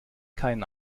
keinen